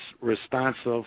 responsive